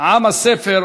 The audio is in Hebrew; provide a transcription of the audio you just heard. עָם הספר,